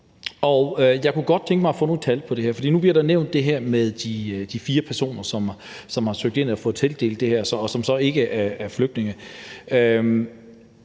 Jeg kunne godt tænke mig at få nogle tal på det her, for nu bliver der nævnt det her med de fire personer, som har ansøgt og fået tildelt det her, og som så ikke er flygtninge.